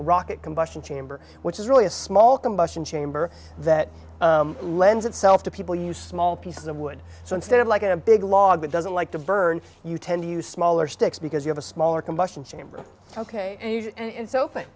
rocket combustion chamber which is really a small combustion chamber that lends itself to people use small pieces of wood so instead of like a big log that doesn't like to burn you tend to use smaller sticks because you have a smaller combustion chamber ok and so thin